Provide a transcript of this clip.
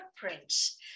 footprints